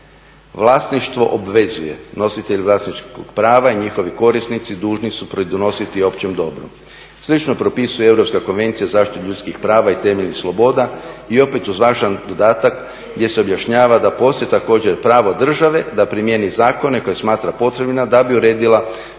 vlasništvo obvezuje, nositelj vlasničkog prava i njihovi korisnici dužni su pridonositi općem dobru. Slično propisuje i Europska konvencija za zaštitu ljudskih prava i temeljnih sloboda i opet uz važan dodatak gdje se objašnjava da postoji također pravo države da primijeni zakone koje smatra potrebnima da bi uredila